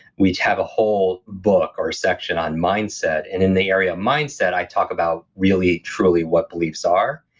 we'd have a whole book or a section on mindset. and in the area mindset, i talk about really truly what beliefs are.